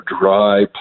dry